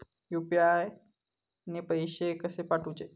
UPI ने पैशे कशे पाठवूचे?